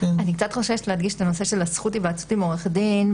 אני קצת חוששת להדגיש את הזכות להיוועצות עם עורך דין,